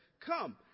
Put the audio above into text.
come